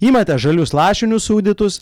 imate žalius lašinius sūdytus